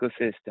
ecosystem